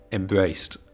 embraced